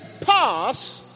pass